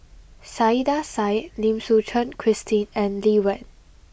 Saiedah Said Lim Suchen Christine and Lee Wen